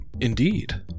Indeed